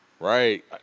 Right